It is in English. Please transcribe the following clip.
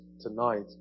tonight